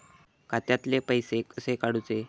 खात्यातले पैसे कसे काडूचे?